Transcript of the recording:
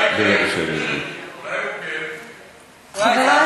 אבל אתה לא תהיה בכל מקווה כדי להחליט מי כן ומי לא,